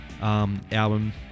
Album